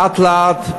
לאט-לאט,